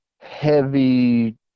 heavy